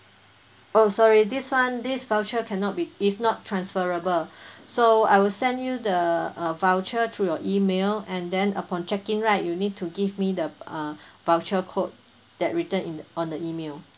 oh sorry this one this voucher cannot be is not transferable so I will send you the uh voucher through your email and then upon check in right you need to give me the uh voucher code that written in on the email